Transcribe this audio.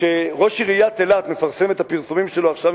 כשראש עיריית אילת מפרסם את הפרסומים שלו עכשיו,